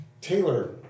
Taylor